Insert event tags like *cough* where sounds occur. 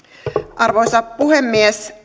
arvoisa puhemies *unintelligible*